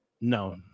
No